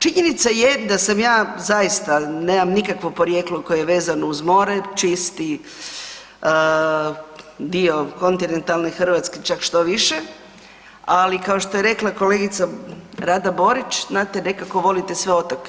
Činjenica je da sam ja zaista nemam nikakvo porijeklo koje je vezano uz more čisti dio kontinentalne Hrvatske čak što više, ali kao što je rekla kolegica Rada Borić znate nekako volite sve otoke.